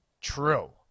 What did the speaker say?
true